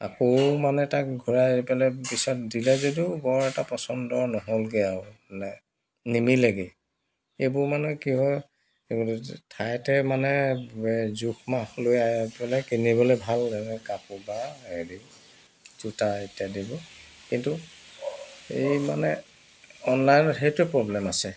আকৌ মানে তাক ঘূৰাই পেলাই পিছত দিলে যদিও বৰ এটা পচণ্ড নহ'লগৈ আৰু মানে নিমিলেগেই এইবোৰ মানে কি হয় ঠায়ে ঠায়ে মানে জোখ মাখ লৈ পেলাই কিনিবলৈ ভাল কাপোৰ বা হেৰি জোতা ইত্যাদিবোৰ কিন্তু এই মানে অনলাইনত সেইটোৱে প্ৰব্লেম আছে